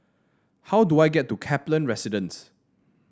how do I get to Kaplan Residence